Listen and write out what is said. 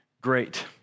great